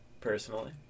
Personally